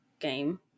game